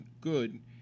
good